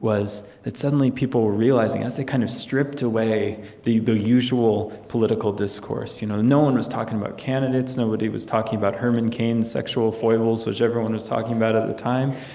was that, suddenly, people were realizing, as they kind of stripped away the the usual political discourse you know no one was talking about candidates, nobody was talking about herman cain's sexual foibles, which everyone was talking about at the time